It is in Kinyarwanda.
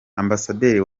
ambasaderi